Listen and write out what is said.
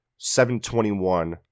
7-21